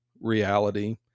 reality